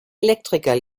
elektriker